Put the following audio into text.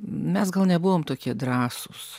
mes gal nebuvom tokie drąsūs